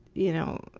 you know,